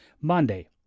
Monday